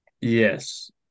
Yes